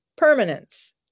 permanence